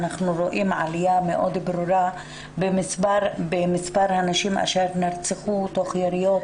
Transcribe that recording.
אנחנו רואים עלייה מאוד ברורה במספר הנשים אשר נרצחו תוך יריות,